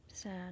Sad